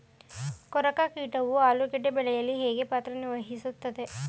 ಕೊರಕ ಕೀಟವು ಆಲೂಗೆಡ್ಡೆ ಬೆಳೆಯಲ್ಲಿ ಹೇಗೆ ಪಾತ್ರ ವಹಿಸುತ್ತವೆ?